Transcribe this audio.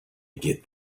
get